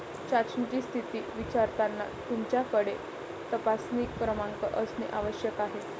चाचणीची स्थिती विचारताना तुमच्याकडे तपासणी क्रमांक असणे आवश्यक आहे